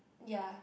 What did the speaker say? ya